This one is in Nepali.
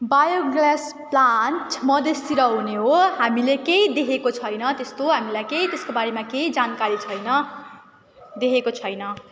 बायोग्यास प्लान्ट मधेसतिर हुने हो हामीले केही देखेको छैन त्यस्तो हामीलाई केही त्यसको बारेमा केही जानकारी छैन देखेको छैन